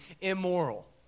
immoral